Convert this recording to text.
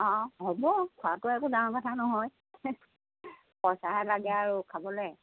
অঁ অঁ হ'ব খোৱাটো একো ডাঙৰ কথা নহয় পইচাহে লাগে আৰু খাবলৈ